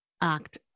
act